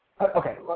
Okay